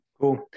cool